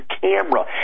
camera